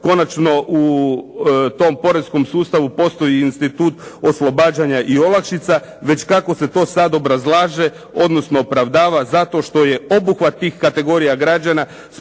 Konačno u tom poreskom sustavu postoji institut oslobađanja i olakšica, već kako se to sad obrazlaže, odnosno opravdava zato što je obuhvat tih kategorija građana